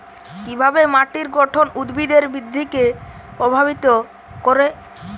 কিভাবে মাটির গঠন উদ্ভিদের বৃদ্ধিকে প্রভাবিত করে?